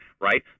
right